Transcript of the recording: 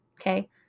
Okay